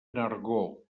nargó